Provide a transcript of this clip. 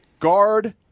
Guard